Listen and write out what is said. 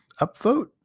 Upvote